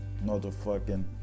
Motherfucking